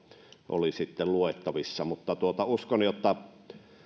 oli luettavissa mutta uskon että